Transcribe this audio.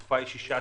6%,